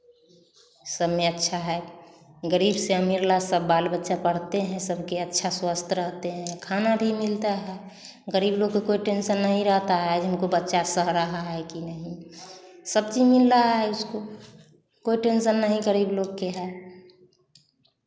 सब में अच्छा है गरीब से अमीर ला सब बाल बच्चे पढ़ते हैं सबके अच्छा स्वस्थ रहते हैं खाना भी मिलता है गरीब लोग को कोई टेंशन नहीं रहता है आज उनका बच्चा साह रहा है कि नहीं सब चीज़ मिल रहा है उसको कोई टेंशन नहीं गरीब लोगों के है